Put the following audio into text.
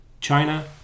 China